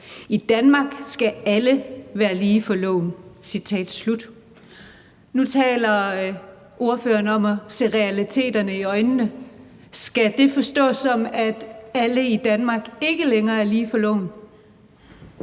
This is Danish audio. I Danmark skal loven være lige for alle!« Nu taler ordføreren om at se realiteterne i øjnene. Skal det forstås sådan, at alle i Danmark ikke længere er lige for loven?